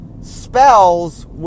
spells